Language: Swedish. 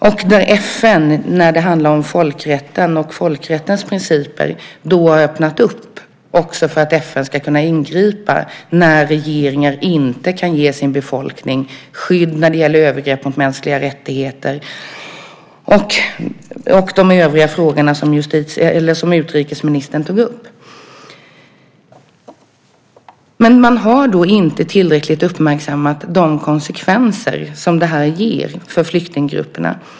Och FN har, när det handlar om folkrätten och folkrättens principer, också öppnat upp för att FN ska kunna ingripa när regeringar inte kan ge sin befolkning skydd när det gäller övergrepp mot mänskliga rättigheter och de övriga frågorna som utrikesministern tog upp. Men man har inte tillräckligt uppmärksammat de konsekvenser som det här medför för flyktinggrupperna.